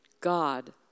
God